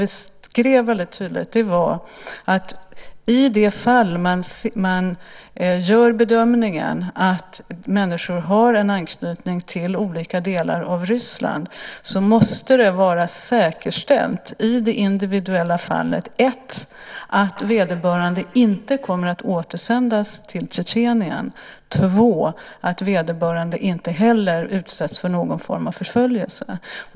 Vi skrev väldigt tydligt att i de fall man gör bedömningen att människor har en anknytning till olika delar av Ryssland måste det vara säkerställt i det individuella fallet 1.att vederbörande inte kommer att återsändas till Tjetjenien 2.att vederbörande inte heller utsätts för någon form av förföljelse.